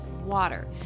water